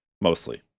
mostly